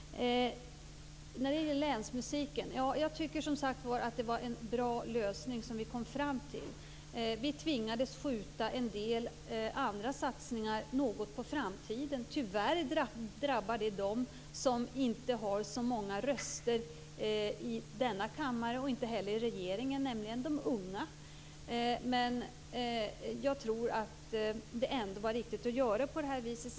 När det gäller länsmusiken tycker jag som sagt att vi kom fram till en bra lösning. Vi tvingades skjuta en del andra satsningar något på framtiden. Tyvärr drabbar det dem som inte har så många röster i denna kammare och inte heller i regeringen, nämligen de unga. Men jag tror att det ändå var riktigt att göra på det här viset.